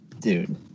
dude